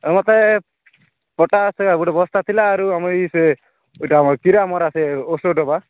ଏ ମୋତେ ପଟାସ୍ ଗୋଟେ ବସ୍ତା ଥିଲା ଆରୁ ଆମରି ଏଇ ସେ ଏଇଟା ଆମର କୀଡ଼ା ମରା ସେ ଓଷଧ ବା